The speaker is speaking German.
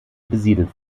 besiedelt